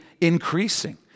increasing